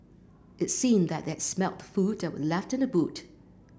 it seemed that they had smelt the food that were left in the boot